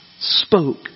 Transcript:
spoke